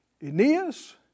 Aeneas